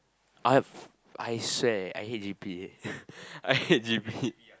I have I swear I hate G_P I hate G_P